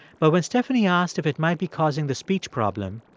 but when stephanie asked if it might be causing the speech problem,